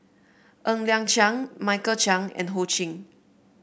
Ng Liang Chiang Michael Chiang and Ho Ching